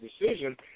decision